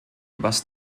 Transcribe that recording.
was